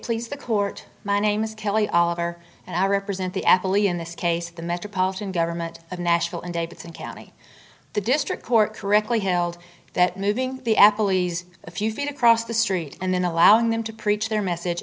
please the court my name is kelly oliver and i represent the actually in this case the metropolitan government of national in davidson county the district court correctly held that moving the apple e's a few feet across the street and then allowing them to preach their message